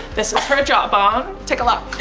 this is her jaw bone, take a look.